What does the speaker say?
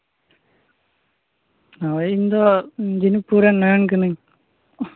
ᱚᱸᱻ ᱤᱧ ᱫᱚ ᱡᱷᱤᱱᱩᱠᱯᱩᱨ ᱨᱮᱱ ᱱᱚᱭᱚᱱ ᱠᱟᱱᱤᱧ